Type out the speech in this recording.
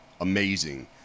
amazing